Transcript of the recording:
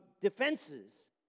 defenses